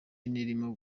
irimo